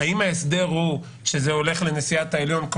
האם ההסדר הוא שזה הולך לנשיאת העליון,